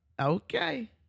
Okay